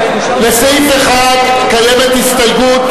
לסעיף 1 קיימת הסתייגות,